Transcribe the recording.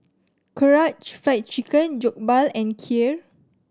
Karaage Fried Chicken Jokbal and Kheer